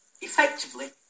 effectively